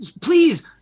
Please